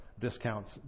discounts